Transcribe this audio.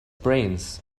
brains